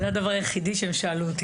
וזה הדבר היחידי שהם שאלו אותי,